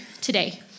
today